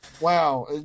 Wow